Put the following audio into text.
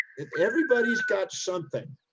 everybody's got something,